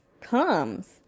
comes